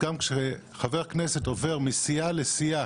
גם כאשר חבר כנסת עובר מסיעה לסיעה,